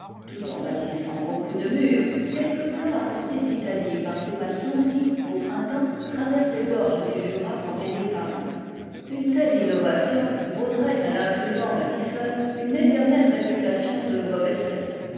tout en bâtissant beaucoup de murs quelque plan apporté d'italie par ces maçons qui au printemps traversent les gorges du jura pour gagner paris une telle innovation vaudrait à l'imprudent bâtisseur une éternelle réputation de mauvaise tête